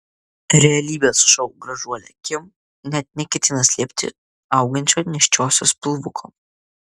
realybės šou gražuolė kim net neketina slėpti augančio nėščiosios pilvuko